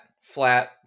flat